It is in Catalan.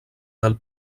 del